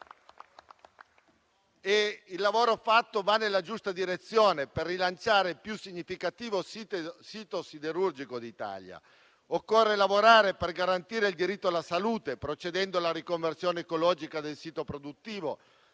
Il nostro lavoro va nella giusta direzione per rilanciare il più significativo sito siderurgico d'Italia. Occorre lavorare per garantire il diritto alla salute, procedendo alla riconversione ecologica del sito produttivo,